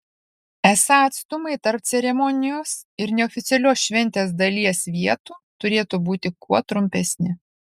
esą atstumai tarp ceremonijos ir neoficialios šventės dalies vietų turėtų būti kuo trumpesni